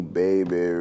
baby